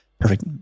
Perfect